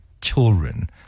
children